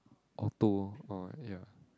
alto oh ya